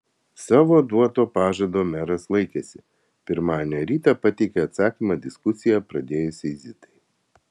savo duoto pažado meras laikėsi pirmadienio rytą pateikė atsakymą diskusiją pradėjusiai zitai